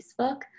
Facebook